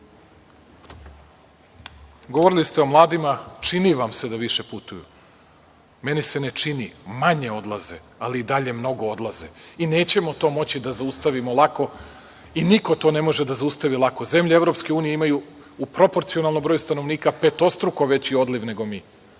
Srbije. Govorili ste o mladima. Čini vam se da više odlaze. Meni se ne čini. Manje odlaze, ali i dalje mnogo odlaze i nećemo to moći da zaustavimo lako i niko to ne može da zaustavi lako. Zemlje EU imaju u proporcionalnom broju stanovnika petostruko veći odliv nego mi.